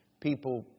people